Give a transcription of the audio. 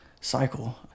cycle